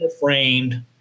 framed